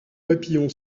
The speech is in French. papillon